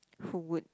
who would